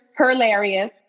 Hilarious